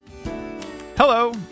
Hello